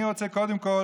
אני רוצה קודם כל